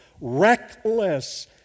Reckless